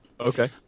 Okay